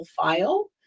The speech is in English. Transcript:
file